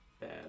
bad